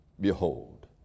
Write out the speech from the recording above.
Behold